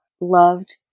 loved